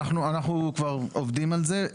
אז אנחנו כבר עובדים על זה.